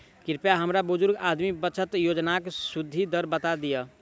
कृपया हमरा बुजुर्ग आदमी बचत योजनाक सुदि दर बता दियऽ